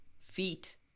feet